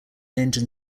engine